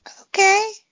okay